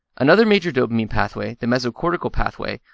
another major dopamine pathway, the mesocortical pathway,